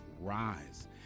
rise